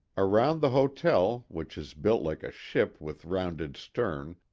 around the hotel, which is built like a ship with rounded stern,